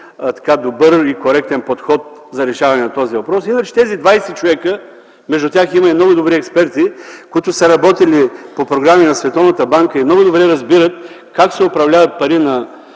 добър и коректен подход за решаване на този въпрос. Иначе между тези 20 човека има много добри експерти, които са работили по програми в Световната банка и много добре разбират как се управляват пари на